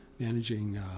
managing